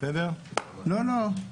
לא, לא.